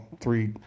three